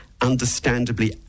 understandably